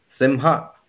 simha